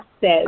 says